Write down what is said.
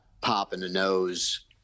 pop-in-the-nose